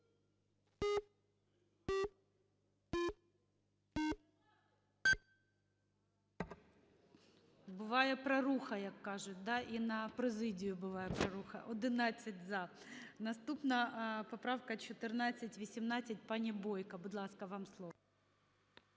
Буває проруха, як кажуть, да. І на президію буває проруха. 11 – за. Наступна поправка 1418. Пані Бойко, будь ласка, вам слово.